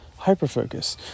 Hyperfocus